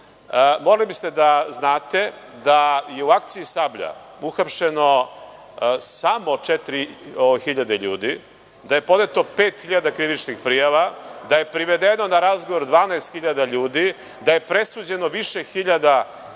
morali biste da znate da je u akciji „Sablja“ uhapšeno samo 4.000 ljudi, da je podneto 5.000 krivičnih prijava, da je privedeno na razgovor 12.000 ljudi, da je presuđeno više hiljada konačnih